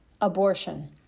Abortion